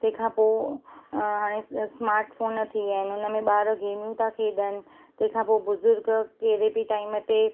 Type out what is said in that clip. तंहिंखां पोइ हाणे स्मार्ट फ़ोन थी विया आहिनि हुनमें ॿार गेमूं था खेॾनि तंहिंखां पोइ बुज़ुर्ग कहिड़े बि टाइम ते